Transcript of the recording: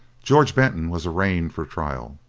george benton was arraigned for trial.